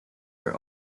are